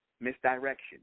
Misdirection